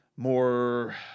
more